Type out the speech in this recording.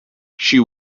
she